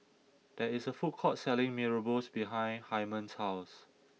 there is a food court selling Mee Rebus behind Hyman's house